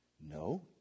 No